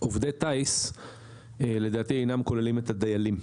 עובדי טייס לדעתי אינם כוללים את הדיילים.